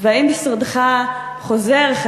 4. האם משרדך חוזר,